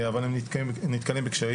אבל הם נתקלים בקשיים.